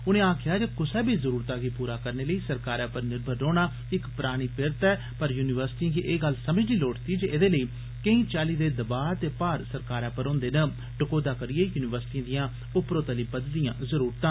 उनें आक्खेआ जे कुसै बी जरूरतै गी पूरा करने लेई सरकारै पर निर्भर रोहना इक्क पुरानी पिरतऐ पर युनिवर्सिटएं गी एह् गल्ल समझनी लोड़चदी जे एदे लेई केई चाल्ली दे दबाव ते भार सरकारै पर होंदे न टकोह्दा करियै युनिवर्सिटए दिया उप्परोतली बददिया जरूरतां